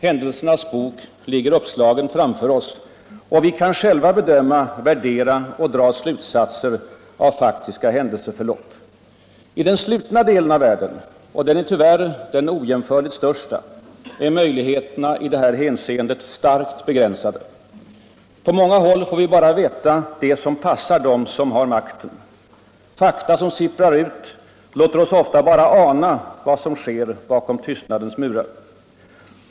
Händelsernas bok ligger uppslagen framför oss. Vi kan själva bedöma, värdera och dra slutsatser av faktiska händelseförlopp. I den slutna delen av världen — och den är tyvärr den ojämförligt största — är möjligheterna i det hänseendet starkt begränsade. På många håll får vi bara veta det som passar dem som har makten. Fakta som sipprar ut låter oss ofta bara ana vad som sker bakom tystnadens murar.